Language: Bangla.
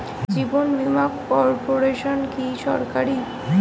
জীবন বীমা কর্পোরেশন কি সরকারি?